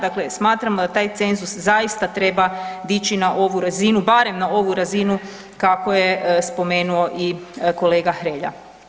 Dakle, smatramo da taj cenzus zaista treba dići na ovu razinu, barem na ovu razinu kako je spomenuo i kolega Hrelja.